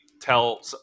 tell